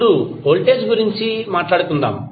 ఇప్పుడు వోల్టేజ్ గురించి మాట్లాడుదాం